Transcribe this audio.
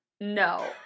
No